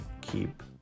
keep